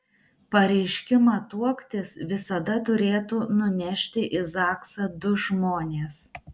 pareiškimą tuoktis visada turėtų nunešti į zaksą du žmonės